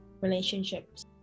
relationships